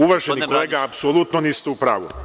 Uvaženi kolega, apsolutno niste u pravu.